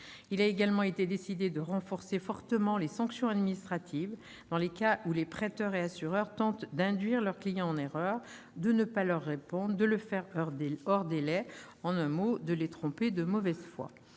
Il a également été décidé de renforcer fortement les sanctions administratives dans les cas où les prêteurs et assureurs tentent d'induire leurs clients en erreur, de ne pas leur répondre ou de le faire hors délai, bref, de les tromper de mauvaise foi.